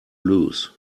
lose